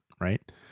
right